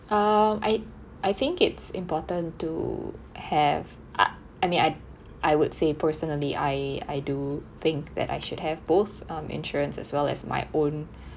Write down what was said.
um I I think it's important to have I mean I'd I would say personally I I do think that I should have both um insurance as well as my own